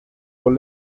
con